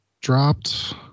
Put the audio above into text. dropped